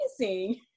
amazing